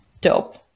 Dope